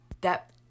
that-